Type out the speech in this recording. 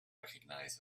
recognize